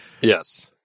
yes